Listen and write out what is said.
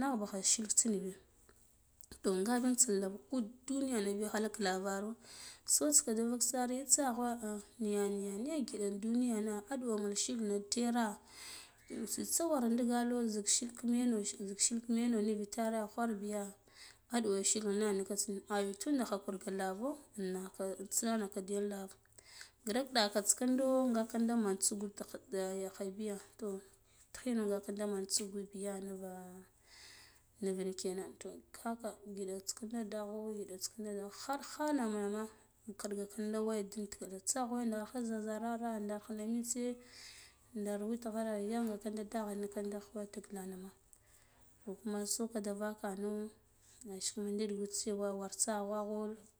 nagh baka shikh tir gun bi nga intsin lava ud duniya biya khalak lararo so tsika vagsare tsaghwa ah niya niya niya giɗa duniyana aduwa men shinna tera tsitsa wira nɗigalo shik yani sike mini nura tare kwarbiya aɗuwa shilena miglata ka ango tunda khakuri ka kuro naka intsiya naka da lar grik ɗaka ta kinda ka kinda man tsugud da yakhai biya toh tikhina nga kinda man tsubbu biya nira nira ɗikere to kaka ngiɗats kindo dighen gidets kinde har kha name kiɗga kinda waya tsaghe naha za zarara ndar khine mitse nɗar witghara yan ga kinda daghen niken da klu tikthanama kuna soka da vikumo gashi kuma did guts cewa war tsa gunghi.